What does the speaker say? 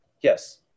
Yes